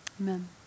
amen